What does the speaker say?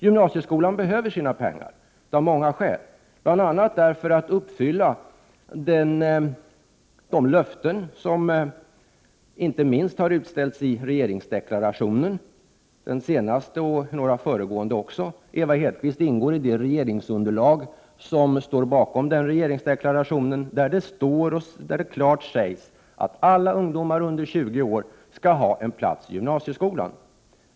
Gymnasieskolan behöver sina pengar av många skäl, bl.a. för att kunna uppfylla de löften som har utställts inte minst i den senaste och de föregående regeringsdeklarationerna. Ewa Hedkvist Petersen ingår i det regeringsunderlag som står bakom den regeringsdeklaration där det klart sägs att alla ungdomar under 20 år skall ha en plats i gymnasieskolan.